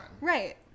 Right